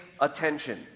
attention